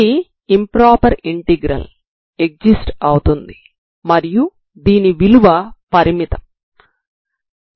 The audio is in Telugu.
ఇది ఇంప్రొపర్ ఇంటిగ్రల్ ఏక్సిస్ట్స్ అవుతుంది మరియు దీని విలువ పరిమితం సరేనా